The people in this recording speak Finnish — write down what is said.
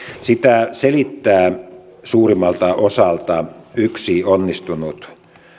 sitä selittää suurimmalta osalta yksi onnistunut